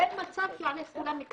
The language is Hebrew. איפה הבעיה?